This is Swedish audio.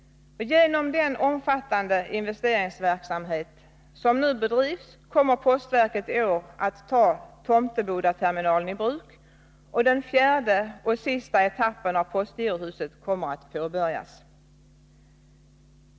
Genom den omfattande investeringsverksam het som nu bedrivs kommer postverket i år att ta Tomtebodaterminalen i bruk, och den fjärde och sista etappen av postgirohuset kommer att påbörjas.